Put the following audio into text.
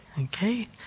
okay